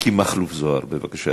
מכלוף מיקי זוהר, בבקשה,